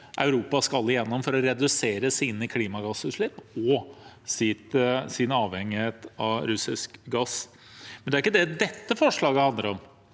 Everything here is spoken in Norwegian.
Europa skal gjennom for å redusere sine klimagassutslipp og sin avhengighet av russisk gass. Men det er ikke det dette forslaget handler om.